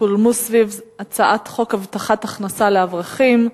הפולמוס סביב הצעת חוק הבטחת הכנסה לאברכים,